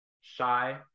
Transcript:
shy